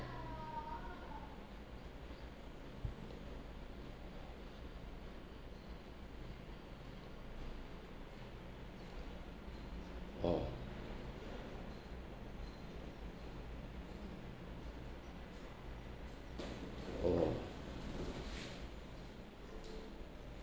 oh oh